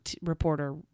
reporter